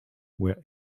were